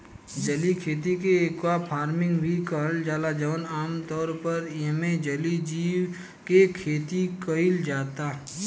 जलीय खेती के एक्वाफार्मिंग भी कहल जाला जवन आमतौर पर एइमे जलीय जीव के खेती कईल जाता